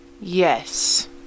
Yes